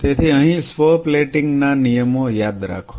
તેથી અહીં સ્વ પ્લેટિંગ ના નિયમો યાદ રાખો